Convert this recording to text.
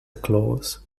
claus